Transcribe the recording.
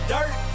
Dirt